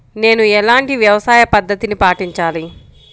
నేను ఎలాంటి వ్యవసాయ పద్ధతిని పాటించాలి?